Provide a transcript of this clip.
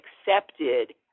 accepted